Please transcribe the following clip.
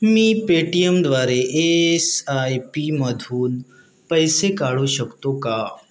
मी पेटीएमद्वारे A S I पीमधून पैसे काढू शकतो का